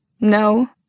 No